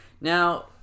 Now